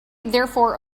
therefore